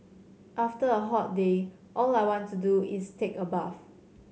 after a hot day all I want to do is take a bath